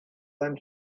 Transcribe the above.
than